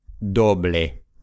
Doble